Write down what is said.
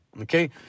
Okay